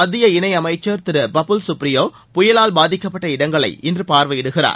மத்திய இணை அமைச்சர் திரு பபுல் சுப்ரியோ புயலால் பாதிக்கப்பட்ட இடங்களை இன்று பார்வையிடுகிறார்